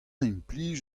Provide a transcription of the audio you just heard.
implij